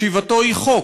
/ ישיבתו היא חוק.